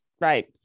right